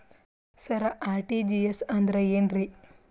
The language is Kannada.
ಸರ ಆರ್.ಟಿ.ಜಿ.ಎಸ್ ಅಂದ್ರ ಏನ್ರೀ?